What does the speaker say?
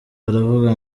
baravuga